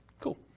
Cool